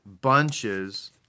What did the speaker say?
bunches